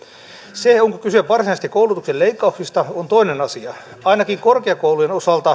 se onko kyse varsinaisesti koulutuksen leikkauksista on toinen asia ainakin korkeakoulujen osalta